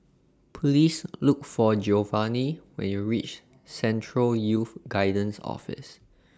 Please Look For Giovani when YOU REACH Central Youth Guidance Office